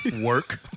Work